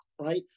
right